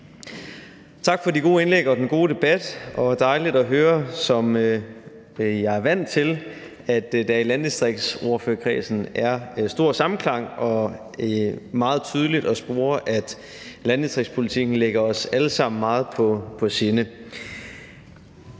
Tak for de gode indlæg og den gode debat, og det er dejligt at høre, som jeg er vant til, at der i landdistriktsordførerkredsen er stor samklang, og det er meget tydeligt at spore, at landdistriktspolitikken ligger os alle sammen meget på sinde.